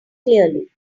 clearly